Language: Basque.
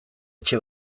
etxe